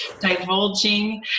divulging